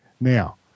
Now